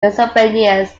disobedience